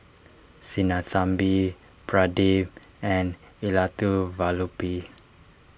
Sinnathamby Pradip and Elattuvalapil